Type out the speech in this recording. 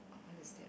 what is that